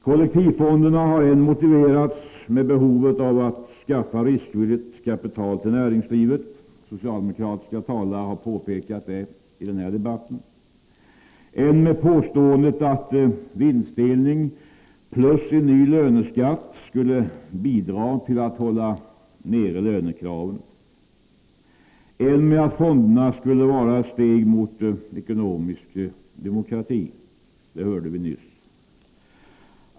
Kollektivfonderna har än motiverats med behovet av att skaffa riskvilligt kapital till näringslivet — socialdemokratiska talare har påpekat detta i den här debatten — än med påståendet att vinstdelning plus en ny löneskatt skulle bidra till att hålla nere lönekraven, än med att fonderna skulle vara ett steg mot ekonomisk demokrati — det hörde vi nyss.